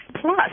plus